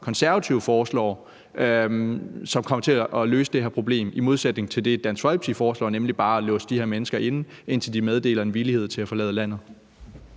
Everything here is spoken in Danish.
Konservative foreslår, som kommer til at løse det problem, i modsætning til det, Dansk Folkeparti foreslår, nemlig bare at låse de her mennesker inde, indtil de meddeler en villighed til at forlade landet?